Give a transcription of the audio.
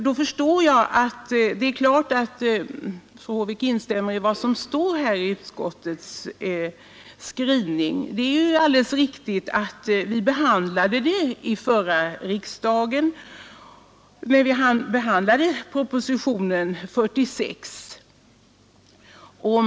Det är klart att fru Håvik instämmer i vad som står i utskottets skrivning. Det är ju alldeles riktigt att vi behandlade detta förslag vid förra årets riksdag i samband med behandlingen av propositionen 46.